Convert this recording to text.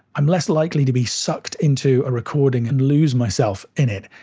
i'm less likely to be sucked into a recording, and lose myself in it.